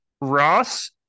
Ross